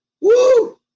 Woo